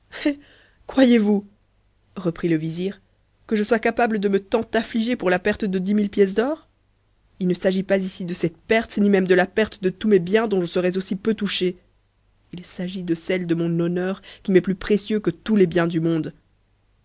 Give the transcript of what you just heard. croyez-vous reprit le vizir que je sois capable de me tant niger pour la perte de dix mille pièces d'or il ne s'agit pas ici de cette erte ni même de la perte de tous mes biens dont je serais aussi peu ouchë il s'agit de ceue de mon honneur qui m'est plus précieux que ous les biens du monde